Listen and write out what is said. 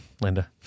Linda